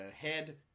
head